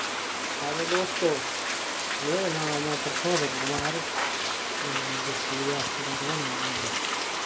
hello दोस्तो मेरा नाम परशोत्तम कुमार में डिस्ट्रिक रेआसी दा रौह्ने आह्ला मुड़ा